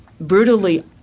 brutally